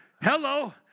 Hello